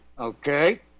Okay